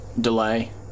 delay